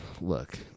look